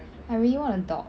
I really want a dog